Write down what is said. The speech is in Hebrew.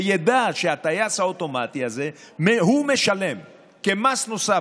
שידע שעם הטייס האוטומטי הזה הוא משלם מס נוסף,